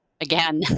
again